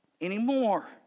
anymore